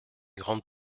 grande